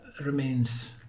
remains